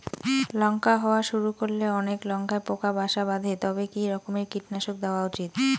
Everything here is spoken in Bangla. লঙ্কা হওয়া শুরু করলে অনেক লঙ্কায় পোকা বাসা বাঁধে তবে কি রকমের কীটনাশক দেওয়া উচিৎ?